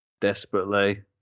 desperately